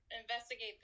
investigate